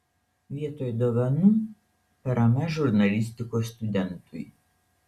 vietoj dovanų parama žurnalistikos studentui